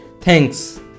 Thanks